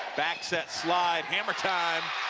back step slide, hammer time